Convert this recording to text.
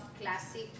classic